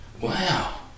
Wow